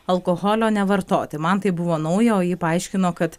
alkoholio nevartoti man tai buvo nauja o ji paaiškino kad